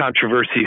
controversy